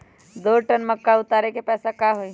दो टन मक्का उतारे के पैसा का होई?